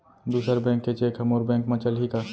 दूसर बैंक के चेक ह मोर बैंक म चलही का?